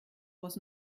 was